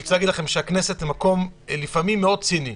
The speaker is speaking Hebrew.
אני רוצה להגיד לכם שהכנסת זה מקום לפעמים מאוד ציני,